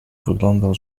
wyglądał